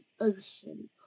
ocean